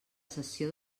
cessió